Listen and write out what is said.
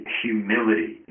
humility